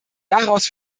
daraus